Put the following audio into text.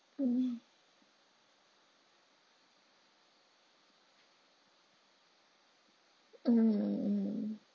mm mm mm